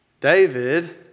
David